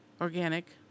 organic